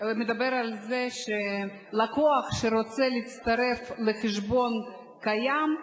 מדברת על מצב שלקוח רוצה להצטרף לחשבון קיים,